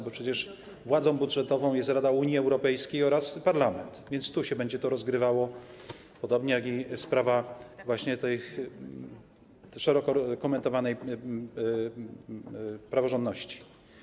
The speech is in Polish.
Bo przecież władzą budżetową jest Rada Unii Europejskiej oraz Parlament, więc tu się będzie to rozgrywało, podobnie jak sprawa szeroko komentowanej praworządności.